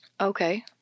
Okay